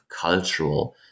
cultural